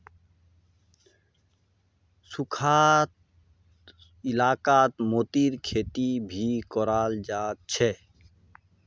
सुखखा इलाकात मतीरीर खेती भी कराल जा छे